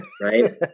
right